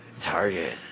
Target